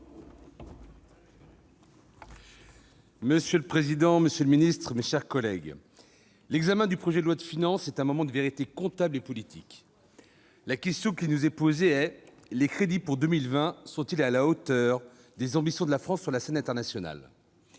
Monsieur le président, monsieur le ministre, mes chers collègues, l'examen du projet de loi de finances est un moment de vérité comptable et politique. La question qui nous est posée est la suivante : les crédits pour 2020 sont-ils à la hauteur des ambitions de la France sur la scène internationale ?